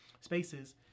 spaces